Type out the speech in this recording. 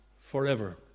Forever